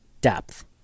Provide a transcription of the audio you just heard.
depth